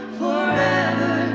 forever